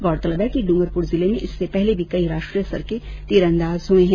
गौरतलब है कि डूंगरपुर जिले में इससे पहले भी कई राष्ट्रीय स्तर के तिरंदाज हुए है